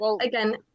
again